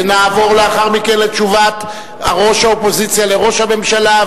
ונעבור לאחר מכן לתשובת ראש האופוזיציה לראש הממשלה,